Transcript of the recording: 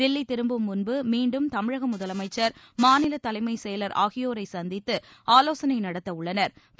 தில்லி திரும்பும் முன்பு மீண்டும் தமிழக முதலமைச்சள் மாநில தலைமை செயல் ஆகியோரை சந்தித்து ஆலோசனை நடத்த உள்ளனா்